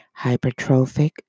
Hypertrophic